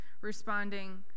Responding